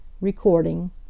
Recording